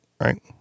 Right